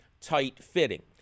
tight-fitting